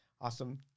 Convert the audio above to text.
awesome